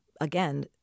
again